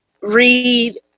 read